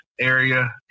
area